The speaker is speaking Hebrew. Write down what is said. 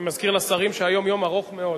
אני מזכיר לשרים שהיום יום ארוך מאוד,